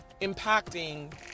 impacting